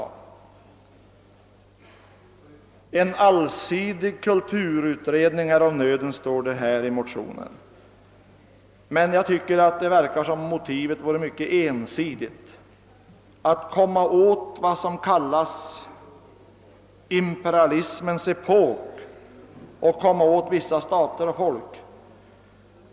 I motionen anförs att en allsidig kulturutredning är av nöden, men jag tycker det verkar som om motivet vore mycket ensidigt. Motionärerna vill komma åt vad som kallas imperialismens epok samt vissa stater och folk.